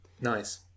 nice